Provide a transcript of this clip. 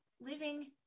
living